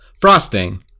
frosting